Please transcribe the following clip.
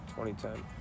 2010